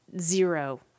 zero